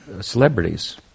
celebrities